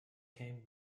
came